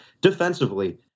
defensively